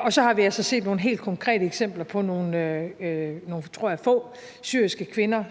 Og så har vi altså set nogle helt konkrete eksempler på nogle, tror jeg, få syriske kvinder,